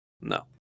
No